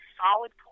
solid